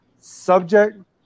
subject